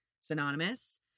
synonymous